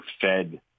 fed